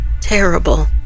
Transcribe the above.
terrible